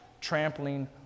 trampling